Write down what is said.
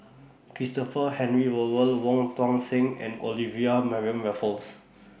Christopher Henry Rothwell Wong Tuang Seng and Olivia Mariamne Raffles